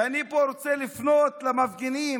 ואני פה רוצה לפנות למפגינים.